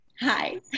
hi